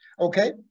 Okay